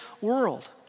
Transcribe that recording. world